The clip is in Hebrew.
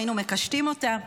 היינו מקשטים אותה.